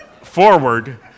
forward